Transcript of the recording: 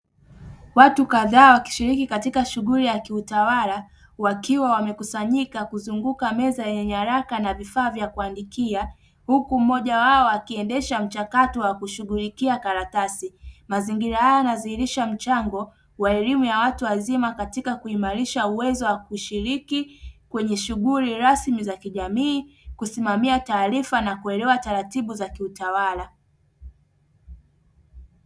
Watu kadhaa wakishiriki katika shughuli ya kiutawala, wakiwa wamekusanyika kuzunguka meza yenye nyaraka na vifaa vya kuandikia, huku mmoja wao akiendesha mchakato wa kushughulikia karatasi. Mazingira haya yanadhihirisha mchango wa elimu ya watu wazima katika kuimarisha uwezo wa kushiriki kwenye shughuli rasmi za kijamii, kusimamia taarifa na kuelewa taratibu za kiutawala.